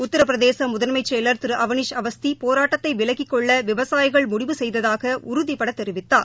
உத்திரபிரதேச முதன்மை செயல் திரு அவனிஸ் அவஸ்தி போராட்டத்தை விலக்கிக்கொள்ள விவசாயிகள் முடிவு செய்ததாக உறுதிபட தெரிவித்தார்